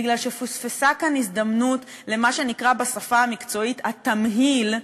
בגלל שפוספסה כאן הזדמנות למה שנקרא בשפה המקצועית "התמהיל",